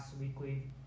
weekly